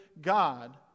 god